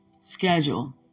schedule